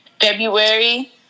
February